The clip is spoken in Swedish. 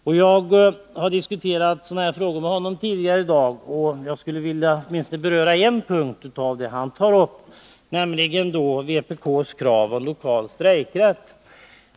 Jag har visserligen tidigare i dag diskuterat sådana frågor med honom, men jag skulle vilja beröra åtminstone en punkt i det som han har tagit upp, nämligen vpk:s krav på lokal strejkrätt.